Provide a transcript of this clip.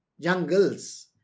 jungles